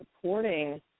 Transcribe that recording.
supporting